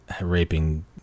raping